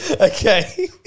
Okay